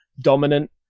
dominant